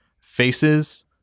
faces